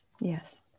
Yes